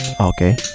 Okay